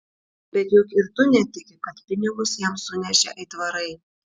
bet juk ir tu netiki kad pinigus jam sunešė aitvarai